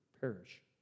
perish